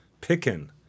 picking